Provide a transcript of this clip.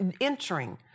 entering